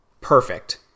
Perfect